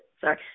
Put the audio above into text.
Sorry